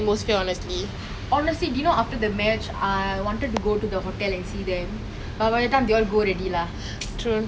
ya ya but I'm so glad we went lah I saw them play live !wah! that was the dream oh my god they all look damn tall ah you know pogba